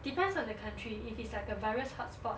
depends on the country if it's like a virus hotspot